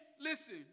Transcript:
listen